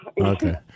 Okay